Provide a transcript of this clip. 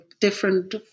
different